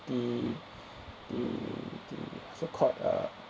the the the food court err